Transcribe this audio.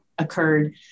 occurred